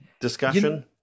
discussion